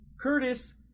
Curtis